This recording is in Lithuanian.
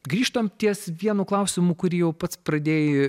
grįžtam ties vienu klausimu kurį jau pats pradėjai